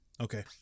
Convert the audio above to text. Okay